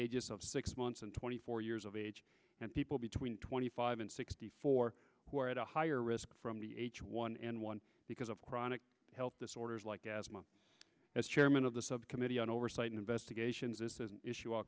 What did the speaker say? ages of six months and twenty four years of age and people between twenty five and sixty four who are at a higher risk from the h one n one because of chronic health disorders like asthma as chairman of the subcommittee on oversight and investigations is the issue will